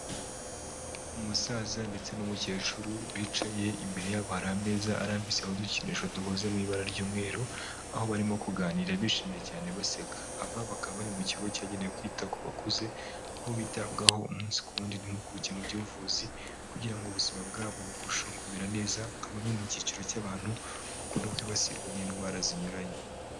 Umusaza ndetse n'umukecuru bicaye, imbere yabo hari ameza arambitseho udukinisho dukoze mu ibara ry'umweru, aho barimo kuganira bishimye cyane baseka. Aba bakaba bari mu kigo cyagenewe kwita ku bakuze, aho bitabwaho umunsi ku wundi n'impuguke mu by'ubuvuzi kugira ngo ubuzima bwabo burusheho kumera neza nka bamwe mu cyiciro cy'abantu bakunda kwibasirwa n'indwara zinyuranye.